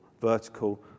vertical